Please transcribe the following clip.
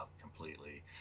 completely